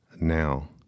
now